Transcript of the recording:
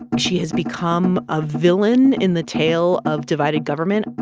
ah she has become a villain in the tale of divided government.